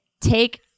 take